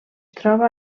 troba